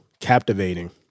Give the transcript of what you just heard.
captivating